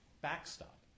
backstop